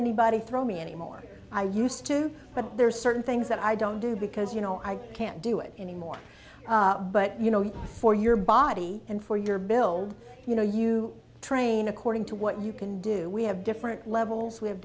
anybody throw me anymore i used to but there's certain things that i don't do because you know i can't do it anymore but you know for your body and for your build you know you train according to what you can do we have different levels we have